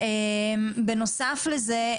בנוסף לזה,